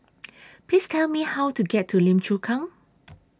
Please Tell Me How to get to Lim Chu Kang